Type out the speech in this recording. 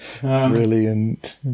Brilliant